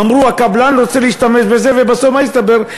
אמרו: הקבלן רוצה להשתמש בזה, ובסוף מה הסתבר?